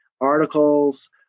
articles